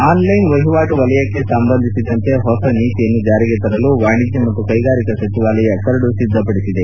online ವಹಿವಾಟು ಕ್ಷೇತ್ರಕ್ಕೆ ಸಂಬಂಧಿಸಿದಂತೆ ಹೊಸ ನೀತಿಯನ್ನು ಜಾರಿಗೆ ತರಲು ವಾಣಿಜ್ಯ ಮತ್ತು ಕೈಗಾರಿಕಾ ಸಚಿವಾಲಯ ಕರಡು ಸಿದ್ಧಪಡಿಸಿದೆ